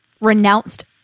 renounced